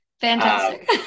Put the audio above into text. fantastic